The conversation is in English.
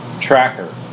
tracker